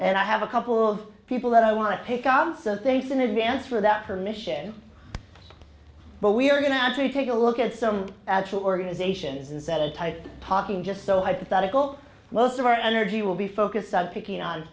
and i have a couple of people that i want to take obs the safe in advance for that permission but we're going to actually take a look at some actual organizations that are tied talking just so hypothetical most of our energy will be focused on picking on